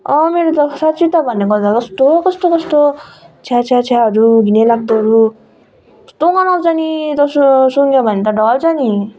मेरो त साँच्चै त भनेको त कस्तो कस्तो कस्तो छ्याः छ्याः छ्याहरू घिनै लाग्दोहरू कस्तो गनाउँछ नि दोस्रोले सुँघ्यो भने त ढल्छ नि